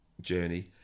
journey